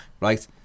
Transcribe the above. right